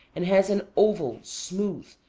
and has an oval, smooth,